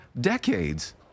decades